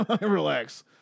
Relax